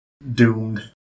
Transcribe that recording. Doomed